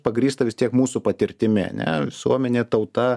pagrįsta vis tiek mūsų patirtimi ane visuomenė tauta